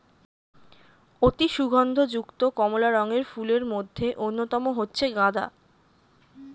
অতি সুগন্ধ যুক্ত কমলা রঙের ফুলের মধ্যে অন্যতম হচ্ছে গাঁদা